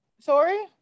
sorry